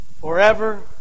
forever